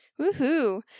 Woohoo